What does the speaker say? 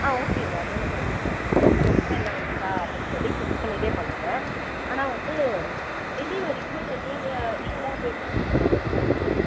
ஆ ஓகேங்க அது ஒன்றும் பிரச்சனை இல்லை நீங்கள் பொருள் வந்ததுக்கப்பறம் எல்லாம் வந்துருக்கா அப்படின்னு சொல்லி செக் பண்ணிகிட்டே பண்ணுங்கள் ஆனால் வந்து டெலிவரிக்கு நீங்கள் நீங்களாக பே பண்ணுற மாதிரி தான் இருக்கும்